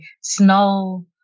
snow